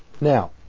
Now